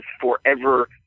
forever